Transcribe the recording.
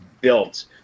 built